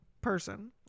person